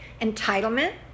Entitlement